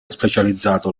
specializzato